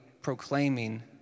proclaiming